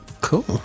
Cool